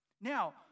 Now